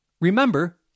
Remember